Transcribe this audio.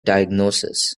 diagnosis